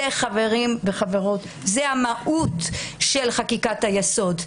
חברים וחברות, זאת המהות של חקיקת היסוד.